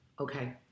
Okay